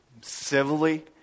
civilly